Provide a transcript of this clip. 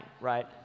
right